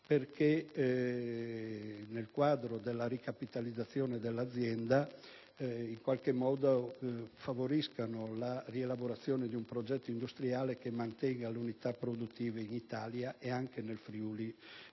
perché nel quadro della ricapitalizzazione della stessa favoriscano la rielaborazione di un progetto industriale che mantenga le unità produttive in Italia e, in